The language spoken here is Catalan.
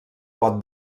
pot